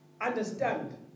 understand